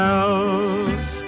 else